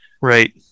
Right